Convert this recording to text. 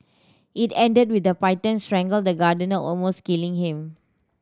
it ended with the python strangling the gardener almost killing him